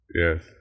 Yes